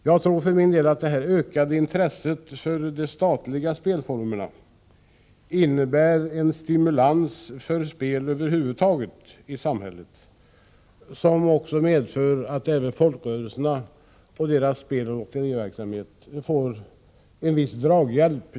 Jag tror för min del att det ökade intresset för de statliga spelformerna också innebär en stimulans för spel över huvud taget i samhället, vilket medför att även folkrörelserna och deras speloch lotteriverksamhet får en viss draghjälp.